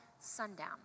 sundown